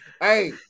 Hey